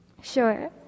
Sure